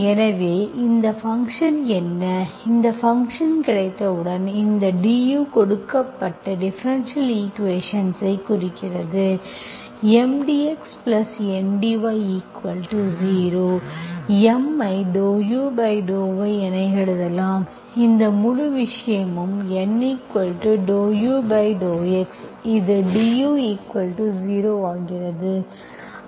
எனவே இந்த ஃபங்க்ஷன் என்ன இந்த ஃபங்க்ஷன் கிடைத்தவுடன் இந்த du கொடுக்கப்பட்ட டிஃபரென்ஷியல் ஈக்குவேஷன்ஸ்க் குறிக்கிறது M dx N dy 0 M ஐ ∂u∂y என எழுதலாம் இந்த முழு விஷயமும் N∂u∂x இது du0 ஆகிறது